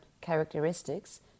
characteristics